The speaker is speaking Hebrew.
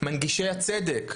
מנגישי הצדק,